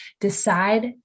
decide